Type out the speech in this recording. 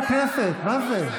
מה זה?